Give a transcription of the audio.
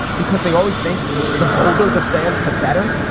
because they always think the bolder the stance, the better.